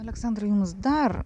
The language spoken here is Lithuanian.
aleksandrai jums dar